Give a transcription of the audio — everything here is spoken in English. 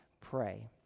pray